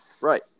right